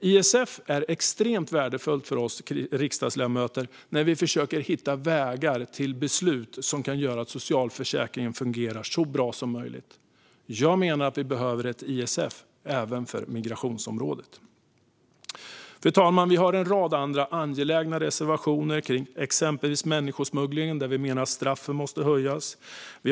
ISF är extremt värdefullt för oss riksdagsledamöter när vi försöker hitta vägar till beslut som kan göra att socialförsäkringen fungerar så bra som möjligt. Enligt mig behöver vi ett ISF även för migrationsområdet. Fru talman! Kristdemokraterna har en rad andra angelägna reservationer om exempelvis människosmuggling. Vi tycker att straffen måste höjas för det.